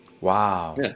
Wow